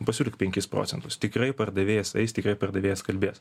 pasiūlyk penkis procentus tikrai pardavėjas eis tikrai pardavėjas kalbės